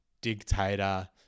dictator